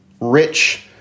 rich